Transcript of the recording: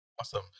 Awesome